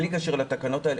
בלי קשר לתקנות האלה.